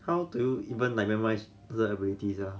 how to even like memorize 那个 abilities ah